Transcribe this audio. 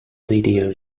video